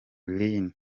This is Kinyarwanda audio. lin